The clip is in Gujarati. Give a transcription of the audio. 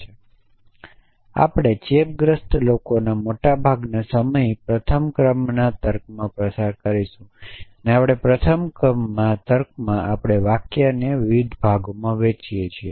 અને આપણે ચેપગ્રસ્ત લોકોનો મોટાભાગનો સમય પ્રથમ ક્રમમાંના તર્કમાં પસાર કરીશું પ્રથમ ક્રમમાં તર્કમાં આપણે વાક્યને ભાગોમાં વહેંચીએ છીએ